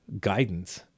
guidance